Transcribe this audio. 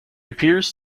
appears